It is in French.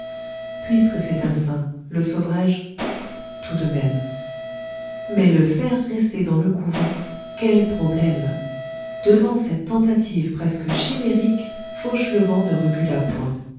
puisque c'est un saint le sauverai je tout de même mais le faire rester dans le couvent quel problème devant cette tentative presque chimérique fauchelevent ne recula point